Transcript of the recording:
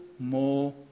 more